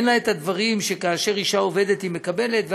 אין לה דברים שאישה מקבלת כאשר היא עובדת,